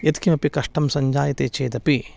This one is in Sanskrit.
यत्किमपि कष्टं सञ्जायते चेदपि